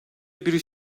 bir